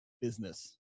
business